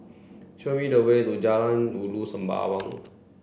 show me the way to Jalan Ulu Sembawang